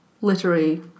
literary